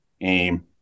aim